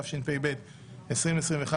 התשפ"א-2021,